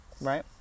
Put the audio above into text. Right